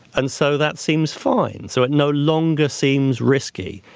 and so that seems fine. so it no longer seems risky.